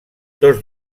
tots